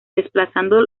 desplazando